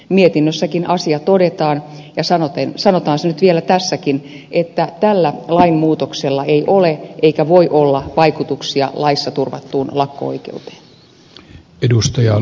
mietinnössäkin asia todetaan ja sanotaan se nyt vielä tässäkin että tällä lainmuutoksella ei ole eikä voi olla vaikutuksia laissa turvattuun lakko oikeuteen